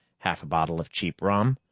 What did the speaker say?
half a bottle of cheap rum,